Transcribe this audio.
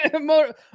More